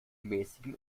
mäßigem